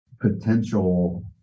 potential